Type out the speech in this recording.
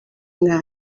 umwana